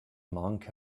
monk